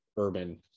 urban